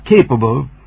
capable